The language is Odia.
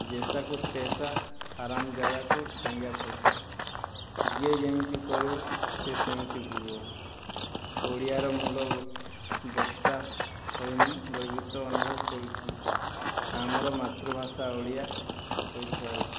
ଯେସାକୁ ତେସା ହାରାମଯାଦାକୁ ଟାଙ୍ଗିଆ ଫେସା ଯିଏ ଯେମିତି କରିବ ସିଏ ସେମିତି ଭୋଗିବ ଓଡ଼ିଆର ମୂଳ ବକ୍ତା ହୋଇ ମୁଁ ଗର୍ବିତ ଅନୁଭବ କରୁଛି ଆମର ମାତୃଭାଷା ଓଡ଼ିଆ ହୋଇଥିବାରୁ